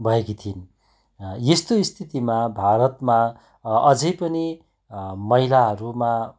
भएकी थिइन् यस्तो स्थितिमा भारतमा अझै पनि महिलाहरूमा